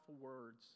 words